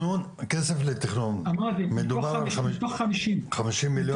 אמרתי מתוך חמישים מיליון.